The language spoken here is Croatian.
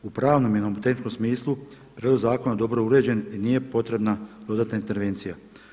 U pravnom jednom tehničkom smislu prijedlog zakona je dobro uređen i nije potrebna dodatna intervencija.